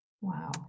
Wow